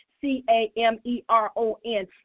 c-a-m-e-r-o-n